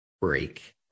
break